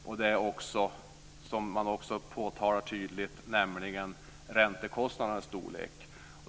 Och det är också, som man påtalar tydligt, räntekostnadernas storlek.